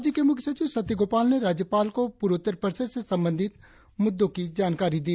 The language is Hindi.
राज्य के मुख्य सचिव सत्यगोपाल ने राज्यपाल को पूर्वोत्तर परिषद से संबंधित मुद्दों की जानकारी दी